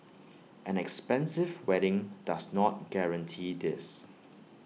an expensive wedding does not guarantee this